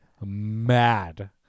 mad